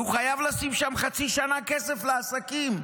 והוא חייב לשים שם חצי שנה כסף לעסקים,